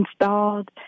installed